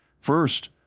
First